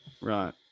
right